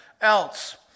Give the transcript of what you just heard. else